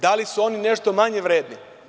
Da li su oni nešto manje vredni?